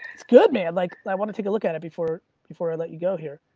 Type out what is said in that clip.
it's good, man. like i want to take a look at it before before i let you go here.